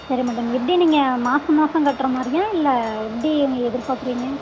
சரி மேடம் எப்படி நீங்கள் மாசம் மாசம் கட்டுற மாதிரியா இல்லை எப்படி நீங்கள் எதிர் பார்க்குறீங்க